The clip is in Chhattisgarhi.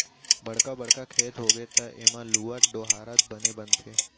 बड़का बड़का खेत होगे त एमा लुवत, डोहारत बने बनथे